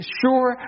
sure